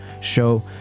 show